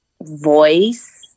voice